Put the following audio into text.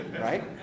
Right